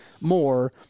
more